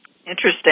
Interesting